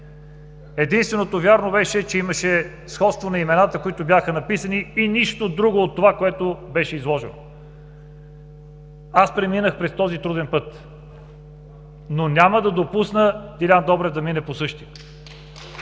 Единственото вярно беше, че имаше сходство на имената, които бяха написани и нищо друго от това, което беше изложено. Аз преминах през този труден път, но няма да допусна Делян Добрев да премине по същия.